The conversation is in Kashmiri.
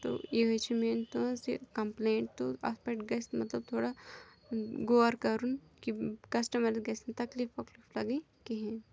تہٕ یِہٕے چھِ میٛٲنۍ تُہٕنٛز یہِ کَمپلینٛٹ تہٕ اَتھ پٮ۪ٹھ گژھِ مطلب تھوڑا غور کَرُن کہِ کَسٹمَرَس گژھِ نہٕ تکلیٖف وَکلیٖف لَگٕنۍ کِہیٖنۍ